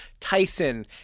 Tyson